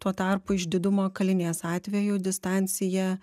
tuo tarpu išdidumo kalinės atveju distancija